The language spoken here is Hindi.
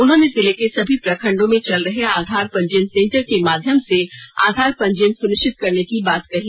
उन्होंने जिले के सभी प्रखंडों में चल रहे आधार पंजीयन सेंटर के माध्यम से आधार पंजीयन सुनिश्चित करने की बात कही